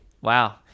Wow